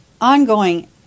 ongoing